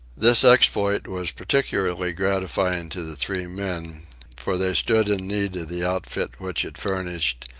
this exploit was particularly gratifying to the three men for they stood in need of the outfit which it furnished,